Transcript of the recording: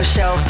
Show